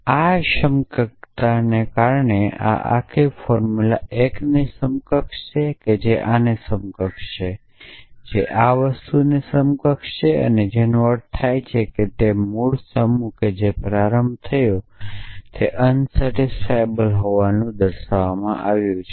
આ સમકક્ષતાને કારણે આ આખું ફોર્મુલા 1 ની સમકક્ષ છે જે આની સમકક્ષ છે જે આ સમકક્ષ છે જે આ સમકક્ષ છે જેનો અર્થ થાય છે કે જે મૂળ સમૂહ જે પ્રારંભ થયો તે અસંતોષકારક હોવાનું દર્શાવવામાં આવ્યું છે